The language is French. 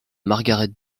margaret